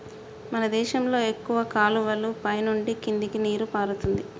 మన దేశంలో ఎక్కువ కాలువలు పైన నుండి కిందకి నీరు పారుతుంది